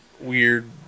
weird